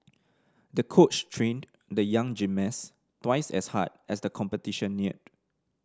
the coach trained the young gymnast twice as hard as the competition neared